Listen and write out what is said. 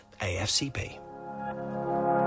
AFCP